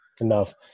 enough